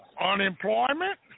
unemployment